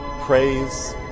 praise